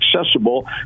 accessible